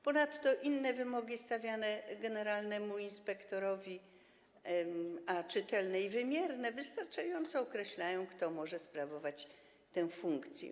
Ponadto inne wymogi stawiane generalnemu inspektorowi, a czytelne i wymierne, wystarczająco określają, kto może sprawować tę funkcję.